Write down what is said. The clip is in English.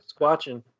Squatching